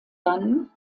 dann